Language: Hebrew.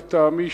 לטעמי,